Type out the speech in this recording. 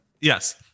Yes